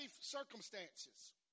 circumstances